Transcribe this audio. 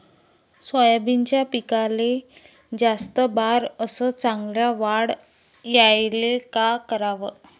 सोयाबीनच्या पिकाले जास्त बार अस चांगल्या वाढ यायले का कराव?